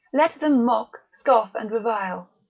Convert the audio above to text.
let them mock, scoff and revile,